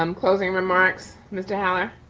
um closing remarks, mr. holler?